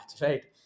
right